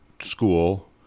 school